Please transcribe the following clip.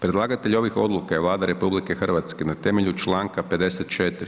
Predlagatelji ovih odluka je Vlada RH na temelju članka 54.